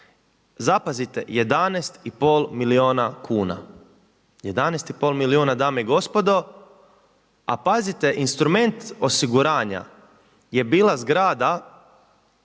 zapazite, 11,5 milijuna kuna, 11,5 milijuna dame i gospodo a pazite, instrument osiguranja je bila zgrada